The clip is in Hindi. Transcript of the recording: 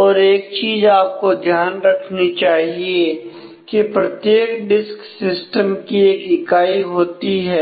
और एक चीज आपको ध्यान रखनी चाहिए कि प्रत्येक डिस्क सिस्टम की एक इकाई होती है